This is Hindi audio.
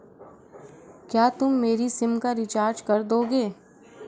क्या तुम मेरी सिम का रिचार्ज कर दोगे?